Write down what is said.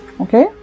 okay